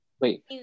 Wait